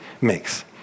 mix